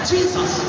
Jesus